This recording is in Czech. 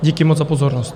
Díky moc za pozornost.